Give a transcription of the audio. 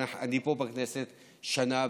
אני פה בכנסת שנה,